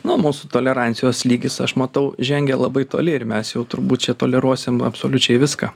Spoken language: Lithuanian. nu mūsų tolerancijos lygis aš matau žengia labai toli ir mes jau turbūt čia toleruosim absoliučiai viską